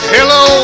Hello